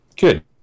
good